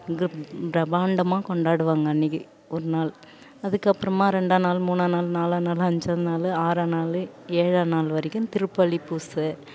இங்கு பிரமாண்டமாக கொண்டாடுவாங்க அன்றைக்கி ஒரு நாள் அதுக்கப்புறமா ரெண்டாம் நாள் மூணாம் நாள் நாலாம் நாள் அஞ்சாம் நாள் ஆறாம் நாள் ஏழா நாள் வரைக்கும் திருப்பள்ளி பூசை